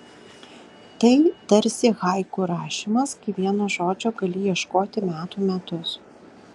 tai tarsi haiku rašymas kai vieno žodžio gali ieškoti metų metus